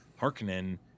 harkonnen